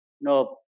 no